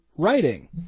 Writing